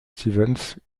stevens